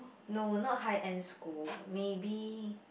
no not high end school maybe